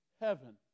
heaven